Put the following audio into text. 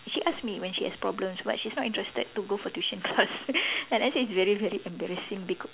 she asks me when she has problems but she's not interested to go for tuition class and I said it's very very embarrassing because